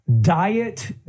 diet